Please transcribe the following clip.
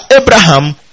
Abraham